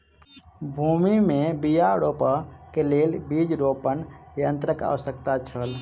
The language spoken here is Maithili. भूमि में बीया रोपअ के लेल बीज रोपण यन्त्रक आवश्यकता छल